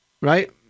Right